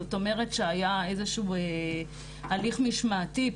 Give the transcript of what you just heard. זאת אומרת שהיה איזה שהוא הליך משמעתי,